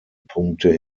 punkte